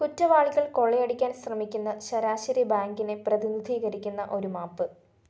കുറ്റവാളികൾ കൊള്ളയടിക്കാൻ ശ്രമിക്കുന്ന ശരാശരി ബാങ്കിനെ പ്രതിനിധീകരിക്കുന്ന ഒരു മാപ്പ്